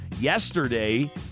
Yesterday